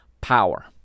power